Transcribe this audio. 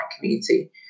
community